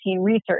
research